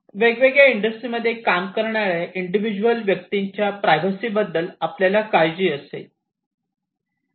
वेगवेगळ्या इंडस्ट्रीमध्ये काम करणाऱ्या इंडिव्हिज्युअल व्यक्तीच्या प्रायव्हसी बद्दल आपल्याला काळजी असेल